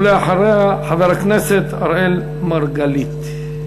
ואחריה, חבר הכנסת אראל מרגלית.